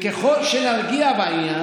ככל שנרגיע בעניין,